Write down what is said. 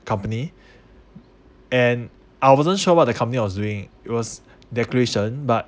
company and I wasn't sure what the company I was doing it was declaration but